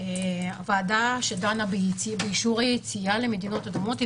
הוועדה שדנה באישורי יציאה למדינות אדומות היא